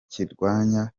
kirwanya